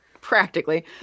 practically